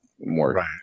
more